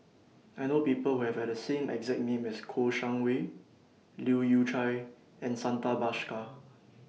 I know People Who Have The same exact name as Kouo Shang Wei Leu Yew Chye and Santha Bhaskar